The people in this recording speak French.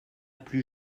plus